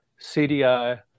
CDI